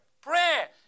prayer